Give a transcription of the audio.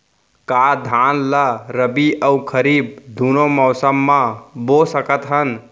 का धान ला रबि अऊ खरीफ दूनो मौसम मा बो सकत हन?